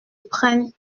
prenne